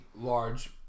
large